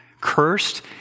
cursed